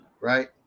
right